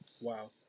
Wow